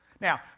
Now